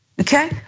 Okay